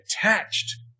attached